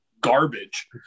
garbage